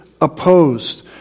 opposed